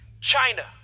China